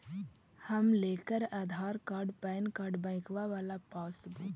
हम लेकर Aadhaar card PAN card बैंकवा वाला पासबुक?